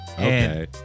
Okay